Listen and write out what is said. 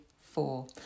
four